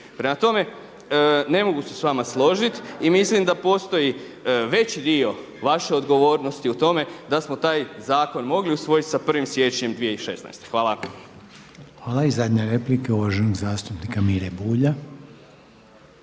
Prema tome, ne mogu se s vama složiti i mislim da postoji veći dio vaše odgovornosti u tome da smo taj zakon mogli usvojiti sa 1. siječnjem 2016. Hvala. **Reiner, Željko (HDZ)** Hvala. I zadnja replika uvaženog zastupnika Mire Bulja.